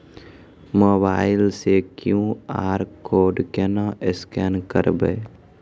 Mobile से Q R code केना scan करबै?